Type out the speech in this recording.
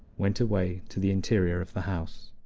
went away to the interior of the house.